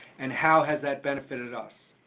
and how has that benefited us.